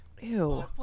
Ew